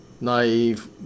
Naive